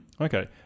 Okay